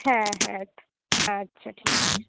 হ্যাঁ হ্যাঁ আচ্ছা ঠিক আছে